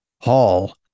Hall